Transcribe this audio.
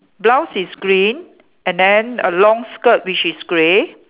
blouse is green and then a long skirt which is grey